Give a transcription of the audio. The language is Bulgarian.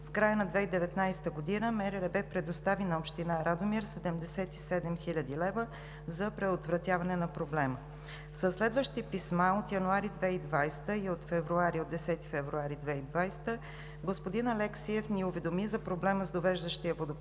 в края на 2019 г. МРРБ предостави на община Радомир 77 хил. лв. за предотвратяване на проблема. Със следващи писма от януари 2020 г. и от 10 февруари 2020 г. господин Алексиев ни уведоми за проблема с довеждащия водопровод